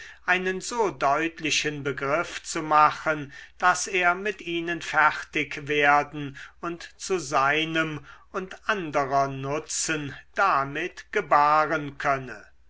einen so deutlichen begriff zu machen daß er mit ihnen fertig werden und zu seinem und anderer nutzen damit gebaren könne